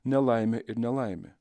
ne laimė ir nelaimė